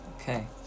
Okay